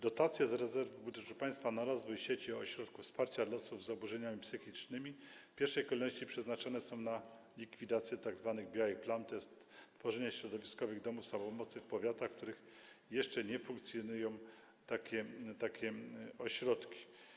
Dotacje z rezerwy budżetu państwa na rozwój sieci ośrodków wsparcia dla osób z zaburzeniami psychicznymi w pierwszej kolejności przeznaczone są na likwidację tzw. białych plam, to jest tworzenie środowiskowych domów samopomocy w powiatach, w których jeszcze nie funkcjonują takie ośrodki.